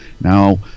Now